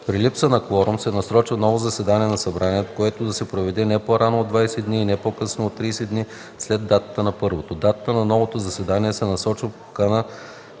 При липса на кворум се насрочва ново заседание на събранието, което да се проведе не по-рано от 20 дни и не по-късно от 30 дни след датата на първото. Датата на новото заседание се посочва в поканата